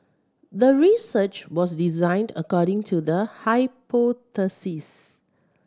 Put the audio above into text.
the research was designed according to the hypothesis